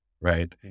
right